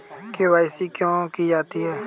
KYC क्यों की जाती है?